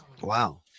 Wow